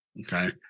Okay